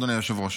אדוני היושב-ראש?